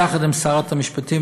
יחד עם שרת המשפטים,